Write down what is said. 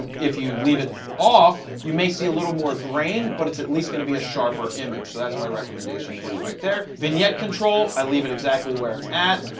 if you leave it off, you may see a little more grain, but it's at least going to be a sharper image, so that's my recommendation for you right there. vignette control, i leave it exactly where it's at.